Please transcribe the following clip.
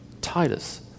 Titus